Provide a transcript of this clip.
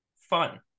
fun